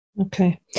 Okay